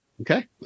Okay